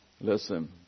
Listen